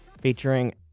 featuring